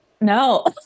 No